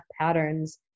patterns